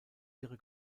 ihre